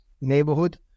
neighborhood